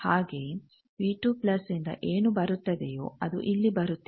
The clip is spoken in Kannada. ಹಾಗೆಯೇ ಯಿಂದ ಏನು ಬರುತ್ತದೆಯೋ ಅದು ಇಲ್ಲಿ ಬರುತ್ತಿದೆ